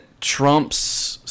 trump's